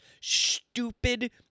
stupid